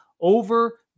over